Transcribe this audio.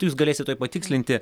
jūs galėsit tuoj patikslinti